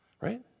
Right